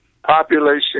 population